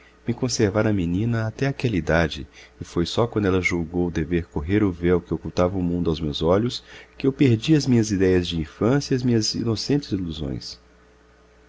me conservara menina até àquela idade e foi só quando ela julgou dever correr o véu que ocultava o mundo aos meus olhos que eu perdi as minhas idéias de infância e as minhas inocentes ilusões